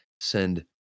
send